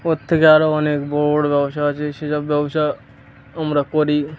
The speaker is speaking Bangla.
ওর থেকে আরও অনেক বড় বড় ব্যবসা আছে সেসব ব্যবসা আমরা করি